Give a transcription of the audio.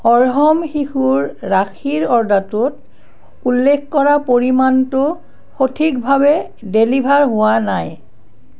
অৰ্হম শিশুৰ ৰাখীৰ অৰ্ডাৰটোত উল্লেখ কৰা পৰিমাণটো সঠিকভাৱে ডেলিভাৰ হোৱা নাই